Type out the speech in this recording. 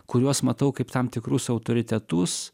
kuriuos matau kaip tam tikrus autoritetus